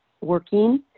working